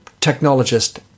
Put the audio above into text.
technologist